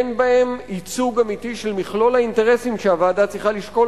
אין בהם ייצוג אמיתי של מכלול האינטרסים שהוועדה צריכה לשקול.